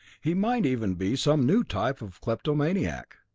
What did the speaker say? he might even be some new type of kleptomaniac.